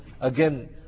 again